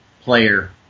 player